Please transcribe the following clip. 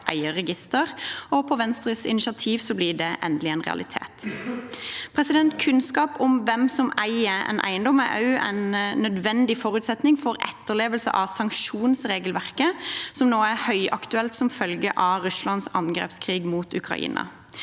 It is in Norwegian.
På Venstres initiativ blir det endelig en realitet. Kunnskap om hvem som eier en eiendom, er også en nødvendig forutsetning for etterlevelse av sanksjonsregelverket, som nå er høyaktuelt som følge av Russlands angrepskrig mot Ukraina.